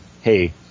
hey